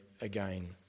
again